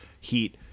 Heat